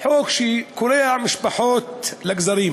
חוק שקורע משפחות לגזרים.